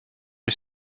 est